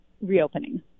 reopening